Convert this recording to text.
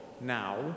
now